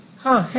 हाँ है